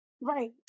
right